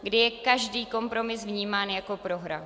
Kdy je každý kompromis vnímán jako prohra.